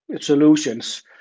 solutions